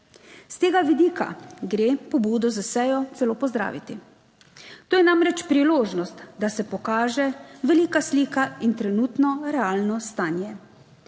S tega vidika gre pobudo za sejo celo pozdraviti, to je namreč priložnost, da se pokaže velika slika in trenutno realno stanje.